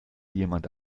jemand